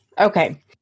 Okay